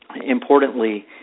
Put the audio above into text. Importantly